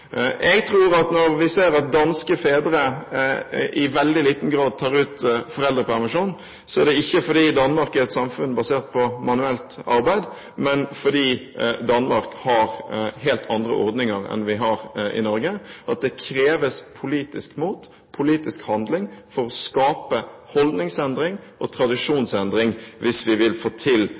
Jeg tror at når danske fedre i veldig liten grad tar ut foreldrepermisjon, er det ikke fordi Danmark er et samfunn basert på manuelt arbeid, men fordi Danmark har helt andre ordninger enn dem vi har i Norge, og at det kreves politisk mot, politisk handling, for å skape holdningsendring og tradisjonsendringer hvis vi vil få til